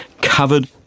covered